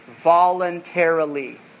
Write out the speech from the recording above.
voluntarily